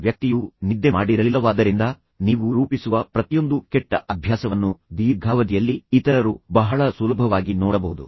ಆ ವ್ಯಕ್ತಿಯು ನಿದ್ದೆ ಮಾಡಿರಲಿಲ್ಲವಾದ್ದರಿಂದ ನೀವು ರೂಪಿಸುವ ಪ್ರತಿಯೊಂದು ಕೆಟ್ಟ ಅಭ್ಯಾಸವನ್ನು ದೀರ್ಘಾವಧಿಯಲ್ಲಿ ಇತರರು ಬಹಳ ಸುಲಭವಾಗಿ ನೋಡಬಹುದು